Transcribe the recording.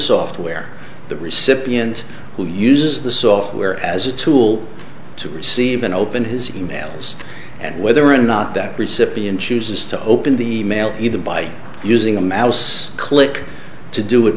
software the recipient who uses the software as a tool to receive and open his emails and whether or not that recipient chooses to open the email either by using a mouse click to do it